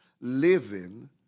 living